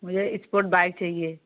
मुझे sport bike चाहिए